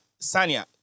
Sanya